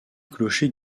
clocher